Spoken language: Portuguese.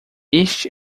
este